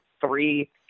three